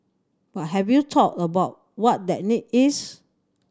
but have you thought about what that need is